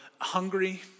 hungry